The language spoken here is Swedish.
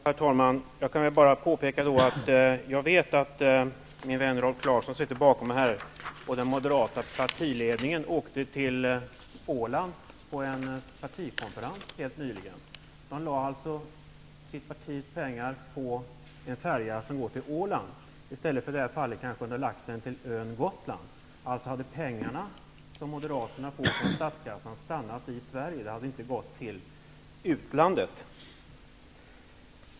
Herr talman! Jag kan bara påpeka att jag vet att min vän Rolf Clarkson, som sitter här bakom mig, och den moderata partiledningen åkte till Åland på en partikonferens helt nyligen. Man lade alltså sitt partis pengar på en färja till Åland i stället för att förlägga konferensen till ön Gotland. I det senare fallet hade de pengar som Moderaterna vill ha in i statskassan stannat i Sverige och inte gått till utlandet.